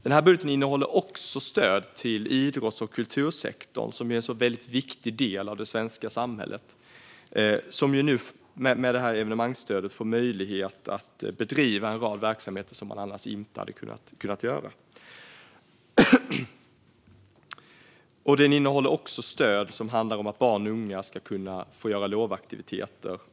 Den här budgeten innehåller också stöd till idrotts och kultursektorn, som är en så väldigt viktig del av det svenska samhället. Den får nu med evenemangsstödet möjlighet att bedriva en rad verksamheter som man annars inte hade kunnat göra. Den innehåller också stöd som handlar om att barn och unga ska kunna få göra lovaktiviteter.